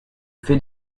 fais